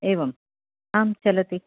एवम् आं चलति